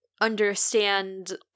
understand